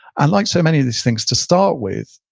and like so many of these things to start with,